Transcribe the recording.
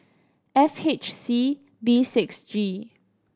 F H C B six G